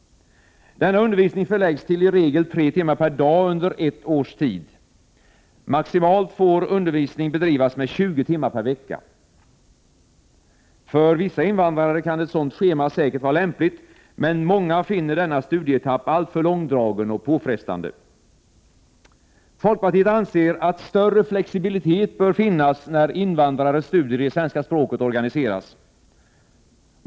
Denna undervisning förläggs till i regel 3 timmar per dag under ett års tid. Maximalt får undervisning bedrivas med 20 timmar per vecka. För vissa invandrare kan ett sådant schema säkert vara lämpligt, men många finner denna studieetapp alltför långdragen och påfrestande. Folkpartiet anser att större flexibilitet bör finnas när invandrares studier i svenska språket organiseras.